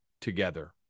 together